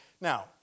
Now